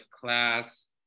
Class